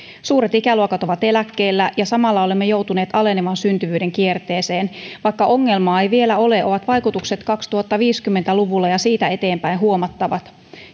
suuret ikäluokat ovat eläkkeellä ja samalla olemme joutuneet alenevan syntyvyyden kierteeseen vaikka ongelmaa ei vielä ole ovat vaikutukset kaksituhattaviisikymmentä luvulla ja siitä eteenpäin huomattavat